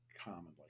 commonly